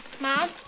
Mom